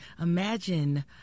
Imagine